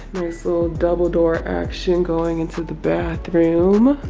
so double door action going into the bathroom. oh,